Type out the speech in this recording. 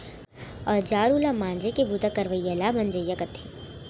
औजार उव ल मांजे के बूता करवइया ल मंजइया कथें